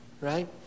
right